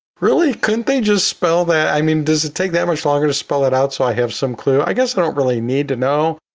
really? couldn't they just spell that? i mean does it take that much longer to spell it out? so i have some clue, i guess i don't really need to know.